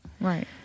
right